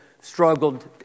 struggled